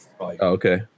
okay